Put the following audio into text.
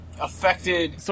Affected